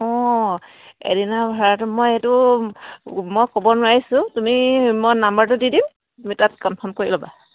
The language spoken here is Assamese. অঁ এদিনৰ ভাড়াটো মই এইটো মই ক'ব নোৱাৰিছোঁ তুমি মই নাম্বাৰটো দি দিম তুমি তাত কনফাৰ্ম কৰি ল'বা